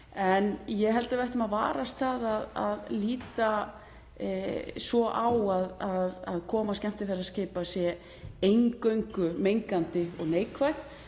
en ég held að við ættum að varast að líta svo á að koma skemmtiferðaskipa sé eingöngu mengandi og neikvæð